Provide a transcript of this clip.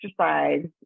exercise